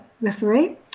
referee